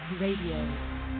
radio